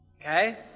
Okay